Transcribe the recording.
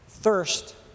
Thirst